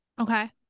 okay